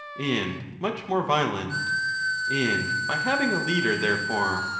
and much more violent and by having a leader, therefore,